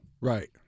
Right